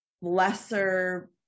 lesser